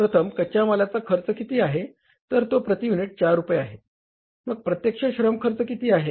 प्रथम कच्या मालाचा खर्च किती आहे तर तो प्रती युनिट 4 रुपये आहे मग प्रत्यक्ष श्रम खर्च किती आहे